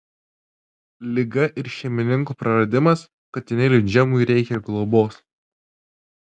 liga ir šeimininko praradimas katinėliui džemui reikia globos